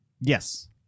Yes